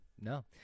no